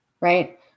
right